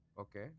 Okay